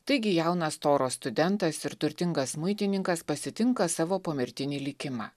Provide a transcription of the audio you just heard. taigi jaunas toros studentas ir turtingas muitininkas pasitinka savo pomirtinį likimą